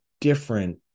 different